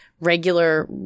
regular